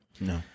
No